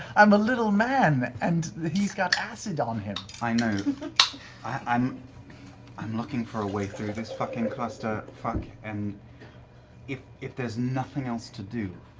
i'm a little man and he's got acid on him! liam i know. i'm i'm looking for a way through this fucking clusterfuck and if if there's nothing else to do,